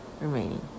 remaining